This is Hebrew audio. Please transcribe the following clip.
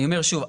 אני אומר שוב,